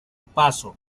paso